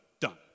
done